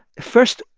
first,